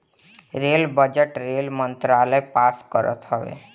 rail budget rail मंत्रालय पास करत हवे